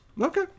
Okay